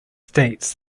states